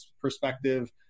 perspective